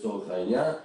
לצורך העניין.